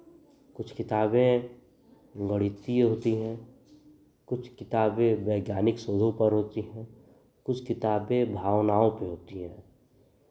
कुछ किताबें गणीतीय होती हैं कुछ किताबें वैज्ञानिक शोधों पर होती हैं कुछ किताबें भावनाओं पे होती हैं